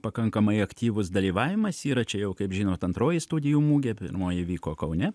pakankamai aktyvus dalyvavimas yra čia jau kaip žinot antroji studijų mugė pirmoji vyko kaune